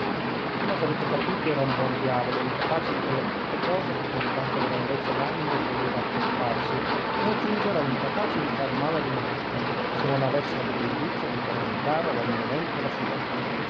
come avrete capito era un buon diavolo incapace di quelle brutte cose che con tanta grandezza d'animo voleva appiopparsi e aggiungerò incapace di far male ad una mosca se non avesse avuto il vizio di tormentare ad ogni momento la sua